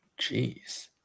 Jeez